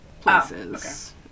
places